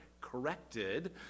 corrected